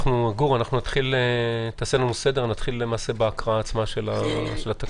גור, תעשה לנו סדר ונתחיל בהקראה עצמה של התקנות.